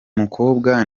mukobwa